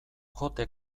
kote